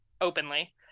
openly